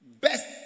Best